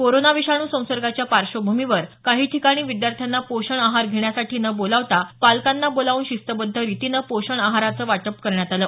corona विषाणू संसर्गाच्या पार्श्वभूमीवर काही ठिकाणी विद्यार्थ्यांना पोषण आहार घेण्यासाठी न बोलावता पालकांना बोलवून शिस्तबद्ध रितीनं पोषण आहाराचं वाटप करण्यात आलं